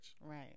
Right